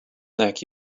neck